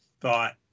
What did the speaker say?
thought